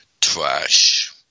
trash